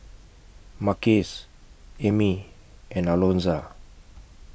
Marques Amie and Alonza